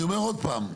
אני אומר עוד פעם,